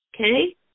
Okay